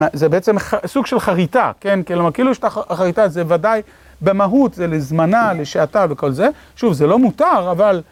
זה בעצם סוג של חריטה, כן, כלומר, כאילו שאתה חריטה, זה ודאי במהות, זה לזמנה, לשעתה וכל זה, שוב, זה לא מותר, אבל...